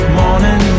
morning